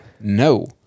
No